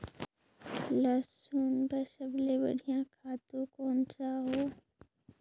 लसुन बार सबले बढ़िया खातु कोन सा हो?